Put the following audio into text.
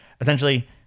essentially